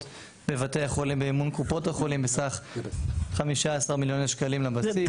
בבתי החולים במימון קופות החולים בסך 15 מיליוני שקלים לבסיס.